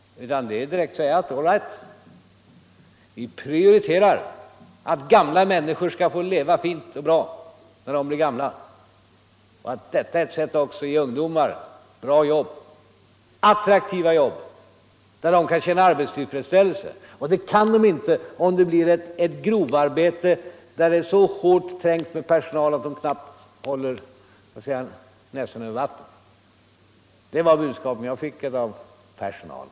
Man får i stället direkt säga: All right, vi prioriterar målet att människor skall få en god tillvaro när de blir gamla. Detta är också ett sätt att ge ungdomar bra och attraktiva jobb, där de kan känna arbetstillfredsställelse. Det kan de inte göra om de är sysselsatta i ett grovarbete, där läget är så trängt för personalen att den knappt kan hålla näsan över vattnet. Det var det budskap jag fick från personalen.